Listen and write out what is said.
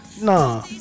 Nah